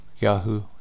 yahoo